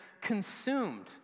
consumed